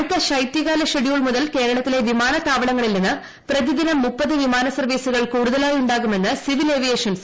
അടുത്ത ശൈതൃകാല ഷെഡ്യൂൾ മുതൽ കേരളത്തിലെ വിമാനത്താവളങ്ങളിൽ നിന്ന് പ്രതിദിനം മൂപ്പത് വിമാന സർവ്വീസുകൾ കൂടുതലായി ഉണ്ടാകുമെന്ന് സിവിൽ ഏവിയേഷൻ സെക്രട്ടറി